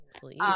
Please